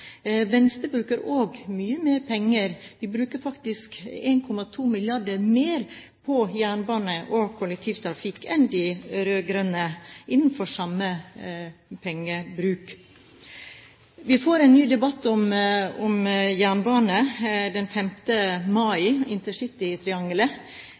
Venstre bruker også mye mer penger; vi bruker faktisk 1,2 mrd. kr mer på jernbane og kollektivtrafikk enn de rød-grønne innenfor samme området. Vi får en ny debatt om jernbane den